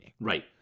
Right